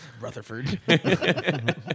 Rutherford